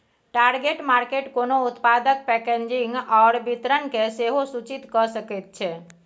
target market कोनो उत्पादक packaging आओर वितरणकेँ सेहो सूचित कए सकैत छै